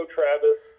Travis